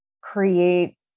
create